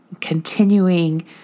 continuing